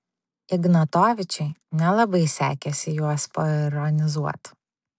ignatovičiui nelabai sekėsi juos paironizuot